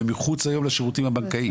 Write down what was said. והם מחוץ היום לשירותים הבנקאים,